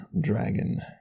dragon